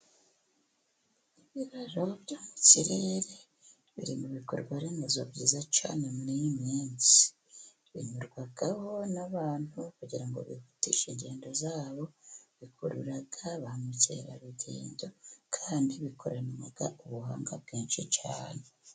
Ibiraro byo mu kirere biri mu bikorwa remezo byiza cyane muri iyi minsi, binyurwaho n'abantu kugira ngo bihutishe ingendo zabo bikurura ba mukerarugendo, kandi bikoranwa ubuhanga bwinshi cyane.